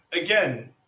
again